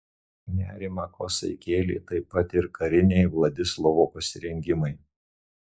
nerimą kosai kėlė taip pat ir kariniai vladislovo pasirengimai